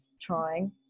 trying